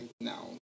now